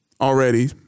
already